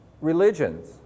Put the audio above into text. religions